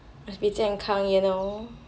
must be 健康 you know